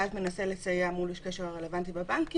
ואז מנסה לסייע מול אנשי הקשר הרלוונטיים בבנקים,